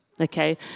Okay